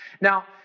Now